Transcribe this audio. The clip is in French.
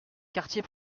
quartier